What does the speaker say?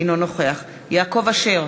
אינו נוכח יעקב אשר,